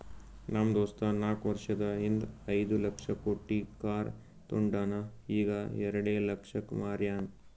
ನಮ್ ದೋಸ್ತ ನಾಕ್ ವರ್ಷದ ಹಿಂದ್ ಐಯ್ದ ಲಕ್ಷ ಕೊಟ್ಟಿ ಕಾರ್ ತೊಂಡಾನ ಈಗ ಎರೆಡ ಲಕ್ಷಕ್ ಮಾರ್ಯಾನ್